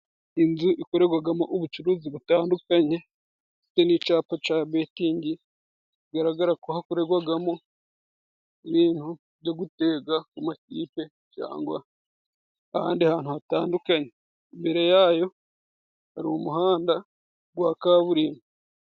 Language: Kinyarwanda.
Inzu ikoregwagamo ubucuruzi butandukanye, ndetse n'icapa ca betingi bigaragara hakoregwagamo ibintu byo gutega ku makipe ,cyangwa ahandi hantu hatandukanye imbere yayo hari umuhanda gwa kaburimbo.